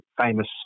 famous